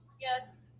yes